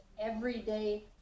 everyday